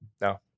no